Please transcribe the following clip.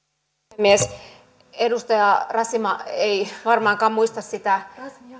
puhemies edustaja razmyar ei varmaankaan muista sitä